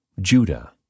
Judah